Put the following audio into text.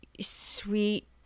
sweet